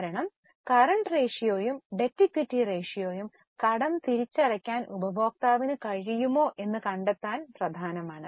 കാരണം കറന്റ് റേഷ്യോയും debt equity റേഷ്യോയും കടം തിരിച്ചടയ്ക്കാൻ ഉപഭോക്താവിന് കഴിയുമോ എന്ന് കണ്ടെത്താൻ പ്രധാനമാണ്